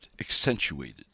accentuated